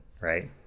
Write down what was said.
right